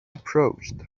approached